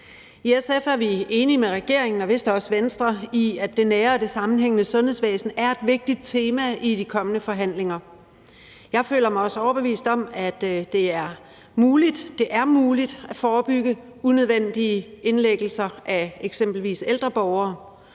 I SF er vi enige med regeringen og vist også Venstre i, at det nære og det sammenhængende sundhedsvæsen er et vigtigt tema i de kommende forhandlinger. Jeg føler mig også overbevist om, at det er muligt at forebygge unødvendige indlæggelser af f.eks. ældre borgere,